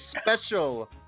special